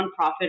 nonprofit